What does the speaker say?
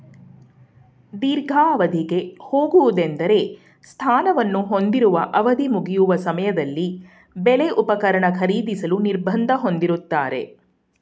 ದೀರ್ಘಾವಧಿಗೆ ಹೋಗುವುದೆಂದ್ರೆ ಸ್ಥಾನವನ್ನು ಹೊಂದಿರುವ ಅವಧಿಮುಗಿಯುವ ಸಮಯದಲ್ಲಿ ಬೆಲೆ ಉಪಕರಣ ಖರೀದಿಸಲು ನಿರ್ಬಂಧ ಹೊಂದಿರುತ್ತಾರೆ